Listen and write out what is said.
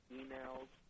emails